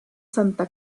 santa